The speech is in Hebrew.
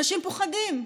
אנשים פוחדים.